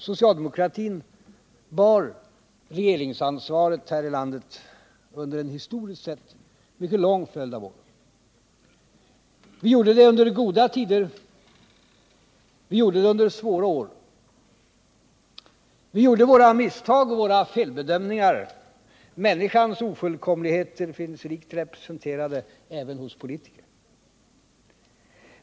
Socialdemokratin bar regeringsansvaret här i landet under en historiskt sett mycket lång följd av år. Vi gjorde det under goda tider. Vi gjorde det under svåra år. Vi gjorde våra misstag och våra felbedömningar — människans ofullkomligheter finns rikt representerade även hos oss politiker.